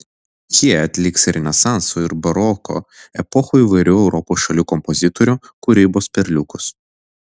jie atliks renesanso ir baroko epochų įvairių europos šalių kompozitorių kūrybos perliukus